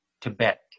Tibet